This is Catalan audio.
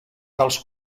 tals